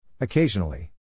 Occasionally